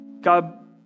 God